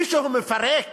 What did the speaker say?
מישהו מפרק